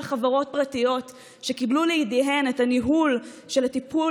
חברות פרטיות שקיבלו לידיהם את הניהול של הטיפול